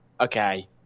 okay